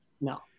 No